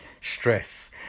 stress